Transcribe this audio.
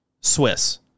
Swiss